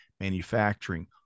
manufacturing